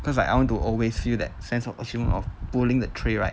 cause I I want to always feel that sense of achievement of pulling the tray right